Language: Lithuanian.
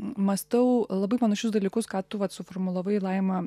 m mąstau labai panašius dalykus ką tu vat suformulavai laima